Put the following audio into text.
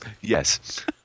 Yes